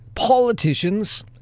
politicians